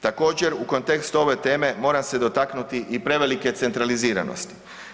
Također u kontekstu ove teme moram se dotaknuti i prevelike centraliziranosti.